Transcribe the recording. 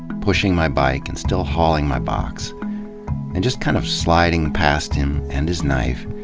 pushing my bike and still hauling my box and just kind of sliding past him, and his knife,